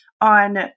on